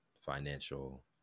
financial